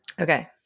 Okay